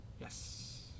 Yes